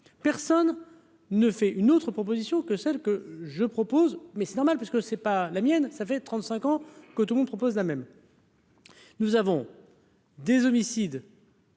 personne ne fait une autre proposition que celle que je propose, mais c'est normal parce que c'est pas la mienne, ça fait 35 ans que monde propose la même. Nous avons des homicides.